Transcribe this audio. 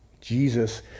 Jesus